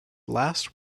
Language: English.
last